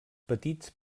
petits